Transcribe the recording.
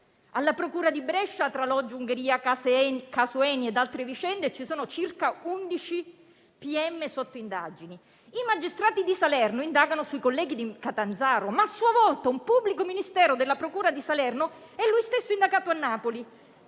Alla procura di Brescia, tra loggia Ungheria, caso ENI ed altre vicende, ci sono circa undici pubblici ministeri sotto indagine. I magistrati di Salerno indagano sui colleghi di Catanzaro, ma a sua volta un pubblico ministero della procura di Salerno è indagato a Napoli.